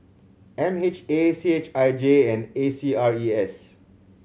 M H A C H I J and A C R E S